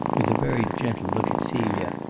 with a very gentle look at celia.